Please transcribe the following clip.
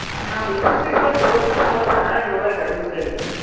ಹಾಂ ನಾವು ವೀರಭದ್ರೇಶ್ವರ ದೇವ್ಸ್ಥಾನಕ್ಕೆ ಹೊಗಾಕೆ ನಾಳೆ ಡ್ರೈವರ್ ಗಾಡಿ ಬೇಕಾಗಿತ್ತು ರೀ